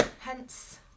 Hence